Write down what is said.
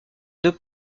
deux